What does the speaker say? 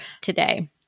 today